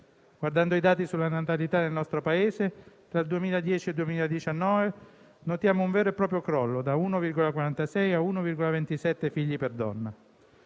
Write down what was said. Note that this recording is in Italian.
Guardando i dati sulla natalità nel nostro Paese dal 2010 al 2019, notiamo un vero e proprio crollo (da 1,46 a 1,27 figli per donna).